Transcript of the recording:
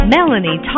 Melanie